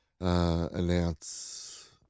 announce